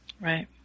Right